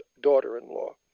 daughter-in-law